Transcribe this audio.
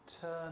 turn